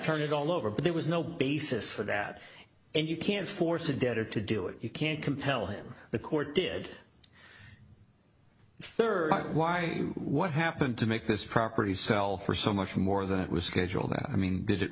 turn it all over but there was no basis for that and you can't force a debtor to do it you can't compel him the court did rd why what happened to make this property sell for so much more than it was scheduled i mean d